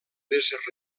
les